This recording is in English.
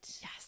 Yes